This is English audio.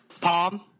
Palm